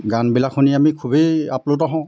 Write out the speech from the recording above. গানবিলাক আমি খুবেই আপ্লুত হওঁ